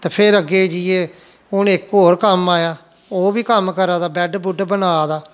ते फिर अग्गें जेइयै हून इक होर कम्म आया ओ बी कम्म करा दा बैड्ड बुड्ड बना दा